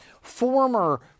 former